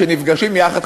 שנפגשים יחד,